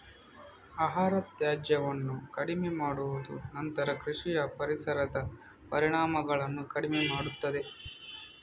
ಆಹಾರ ತ್ಯಾಜ್ಯವನ್ನು ಕಡಿಮೆ ಮಾಡುವುದು ನಂತರ ಕೃಷಿಯ ಪರಿಸರದ ಪರಿಣಾಮಗಳನ್ನು ಕಡಿಮೆ ಮಾಡುತ್ತದೆ